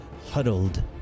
Huddled